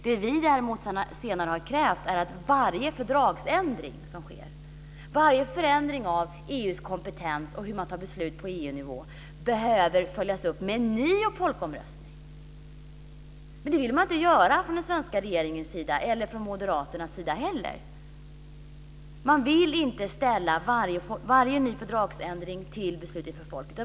Det vi senare har krävt är att varje fördragsändring som sker, varje förändring som gäller EU:s kompetens och hur man fattar beslut på EU-nivå, behöver följas upp med en ny folkomröstning. Men det vill man inte göra från den svenska regeringens sida, och inte från Moderaternas sida heller. Man vill inte underställa varje ny fördragsförändring ett beslut av folket.